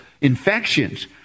infections